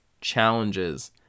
challenges